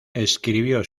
escribió